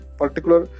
particular